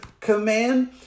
command